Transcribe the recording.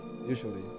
usually